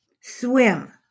swim